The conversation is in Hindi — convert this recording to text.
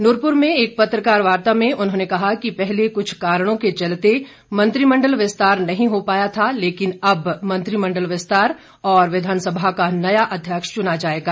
नूरपुर में एक पत्रकार वार्ता में उन्होंने कहा कि पहले कुछ कारणों के चलते मंत्रिमंडल विस्तार नहीं हो पाया था लेकिन अब मंत्रिमंडल विस्तार और विधानसभा का नया अध्यक्ष चुना जाएगा